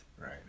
right